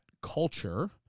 culture